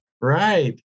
Right